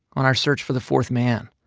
on our search for the fourth man,